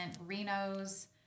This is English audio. Reno's